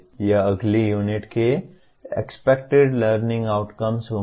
यह अगली यूनिट के एक्सपेक्टेड लर्निंग आउटकम्स होंगे